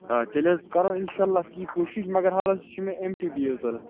آ تیٚلہِ حظ کَرَو اِنشاءاللہ تی کوٗشِش مگر حالَس چھ مےٚ ایٚم ٹی بی ایٚس ضوٚرَتھ